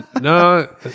no